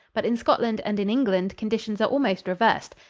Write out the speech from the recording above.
but in scotland and in england conditions are almost reversed,